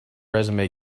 resume